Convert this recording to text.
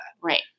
Right